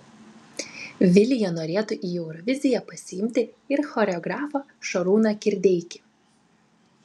vilija norėtų į euroviziją pasiimti ir choreografą šarūną kirdeikį